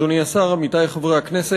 תודה רבה, אדוני השר, עמיתי חברי הכנסת,